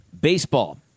Baseball